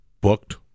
booked